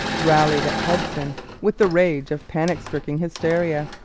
railed at hudson with the rage of panic-stricken hysteria.